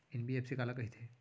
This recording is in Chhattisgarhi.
एन.बी.एफ.सी काला कहिथे?